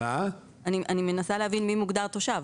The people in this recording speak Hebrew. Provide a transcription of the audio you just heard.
אני מנסה להבין מי מוגדר תושב.